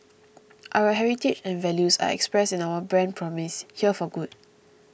our heritage and values are expressed in our brand promise Here for good